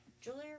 Julia